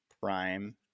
prime